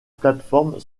plateforme